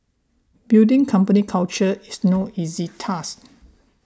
building company culture is no easy task